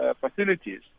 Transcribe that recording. facilities